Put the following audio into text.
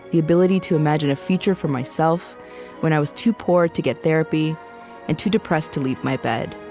the ability to imagine a future for myself when i was too poor to get therapy and too depressed to leave my bed.